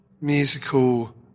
musical